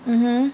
mmhmm